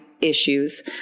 issues